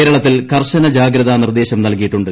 കേരളത്തിൽ കർശന ജാഗ്രതാ നിർദേശം നൽകിയിട്ടുണ്ട്